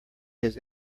his